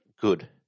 good